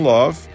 Love